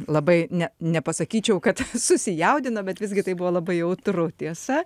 labai ne nepasakyčiau kad susijaudino bet visgi tai buvo labai jautru tiesa